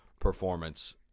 performance